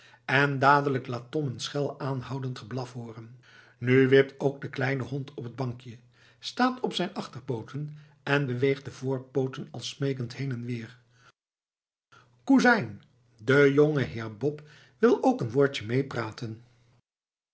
en dadelijk laat tom een schel en aanhoudend geblaf hooren nu wipt ook de kleine hond op het bankje staat op zijn achterpooten en beweegt de voorpooten al smeekend heen en weer koezijn de jongeheer bop wil ook een woordje meepraten